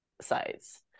sides